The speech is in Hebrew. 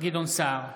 גדעון סער,